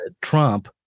trump